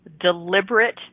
deliberate